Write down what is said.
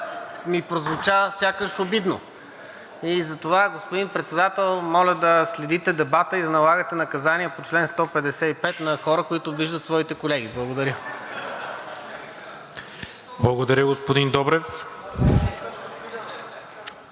ми прозвуча сякаш обидно. И затова, господин Председател, моля да следите дебата и да налагате наказание по чл. 155 на хора, които обиждат своите колеги. (Смях.) Благодаря. ПРЕДСЕДАТЕЛ